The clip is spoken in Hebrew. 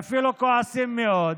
ואפילו כועסים מאוד,